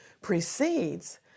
precedes